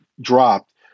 dropped